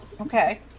Okay